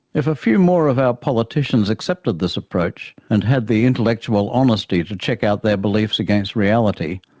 if a few more of our politicians accepted this approach, and had the intellectual honesty to check out their beliefs against reality,